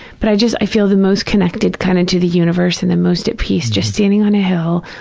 but i just, i feel the most connected kind of to the universe and the most at peace just standing on a hill,